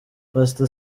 pastor